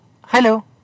Hello